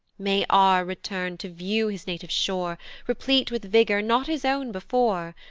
may r return to view his native shore replete with vigour not his own before,